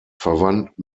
verwandt